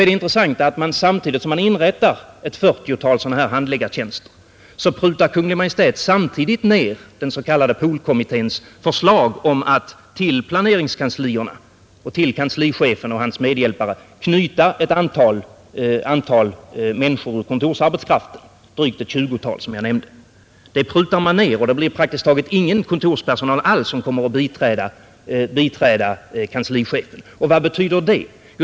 Det intressanta är då att samtidigt som man inrättar ett 40-tal sådana handläggartjänster, prutar Kungl. Maj:t ner den s.k. POL-kommitténs förslag om att till planeringskanslierna och till kanslichefen och hans medhjälpare knyta ett antal människor ur kontorsarbetskraften, drygt ett 20-tal som jag nämnde. Det prutar man ner, och det blir praktiskt taget ingen kontorspersonal alls att biträda kanslichefen. Vad betyder det?